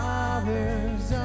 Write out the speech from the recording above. Father's